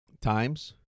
times